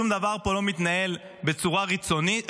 שום דבר פה לא מתנהל בצורה רצינית,